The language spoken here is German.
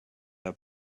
der